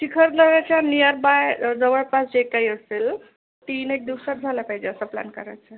चिखलदऱ्याच्या nearby जवळपास जे काही असेल तीन एक दिवसांत झाला पाहिजे असा प्लॅन करायचा आहे